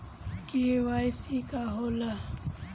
KYC का होला?